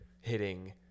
hitting